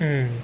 um